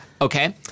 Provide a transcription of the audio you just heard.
Okay